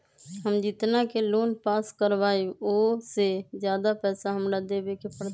हम जितना के लोन पास कर बाबई ओ से ज्यादा पैसा हमरा देवे के पड़तई?